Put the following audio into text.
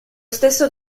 stesso